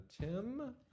Tim